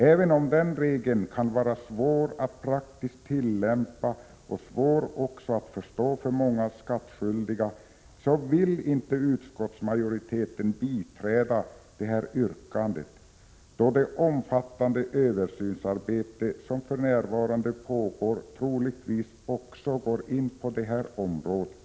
Även om den regeln kan vara svår att praktiskt tillämpa och svår att förstå för många skattskyldiga, vill inte utskottsmajoriteten biträda detta yrkande, då det omfattande översynsarbete som för närvarande pågår troligtvis också omfattar detta område.